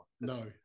No